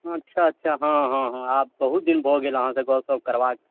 अच्छा अच्छा हँ हँ आब बहुत दिन भऽ गेल अहाँसँ गपशप करबाक